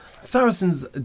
Saracens